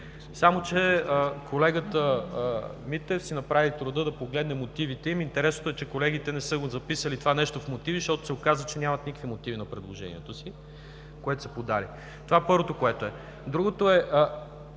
Само че колегата Митев си направи труда да погледне мотивите. Интересното е, че колегите не са записали това нещо в мотивите, защото се оказа, че нямат никакви мотиви на предложението, което са подали. Това е първото. Другото.